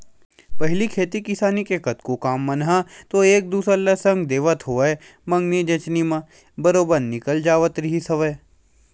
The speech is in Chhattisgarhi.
पहिली खेती किसानी के कतको काम मन ह तो एक दूसर ल संग देवत होवय मंगनी जचनी म बरोबर निकल जावत रिहिस हवय